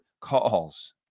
calls